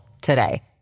today